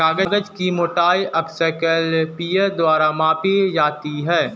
कागज की मोटाई अक्सर कैलीपर द्वारा मापी जाती है